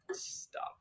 stop